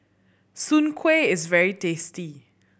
Soon Kueh is very tasty